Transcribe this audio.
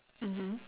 mmhmm